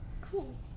Cool